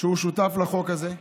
שהוא שותף לחוק הזה.